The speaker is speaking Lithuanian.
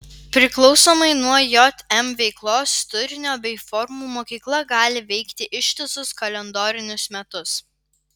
priklausomai nuo jm veiklos turinio bei formų mokykla gali veikti ištisus kalendorinius metus